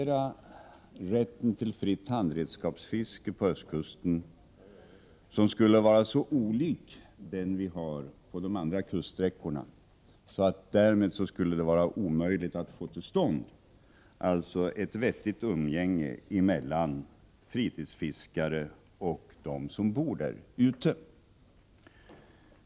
Rätten till fritt handredskapsfiske på Östkusten skulle vara så olik den vi har på de andra kuststräckorna att det därmed vore omöjligt att få till stånd ett vettigt umgänge mellan fritidsfiskare och den bofasta befolkningen.